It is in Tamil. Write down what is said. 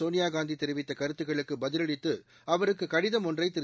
சோனியாகாந்தி தெரிவித்த கருத்துகளுக்கு பதில் அளித்து அவருக்கு கடிதம் ஒன்றை திரு